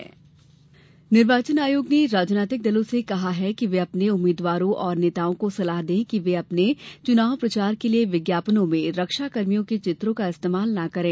निर्वाचन आयोग निवार्चन आयोग ने राजनीतिक दलों से कहा है कि वे अपने उम्मीदवारों और नेताओं को सलाह दें कि वे अपने चुनाव प्रचार के लिए विज्ञापनों में रक्षाकर्मियों के चित्रों का इस्तेमाल नहीं करें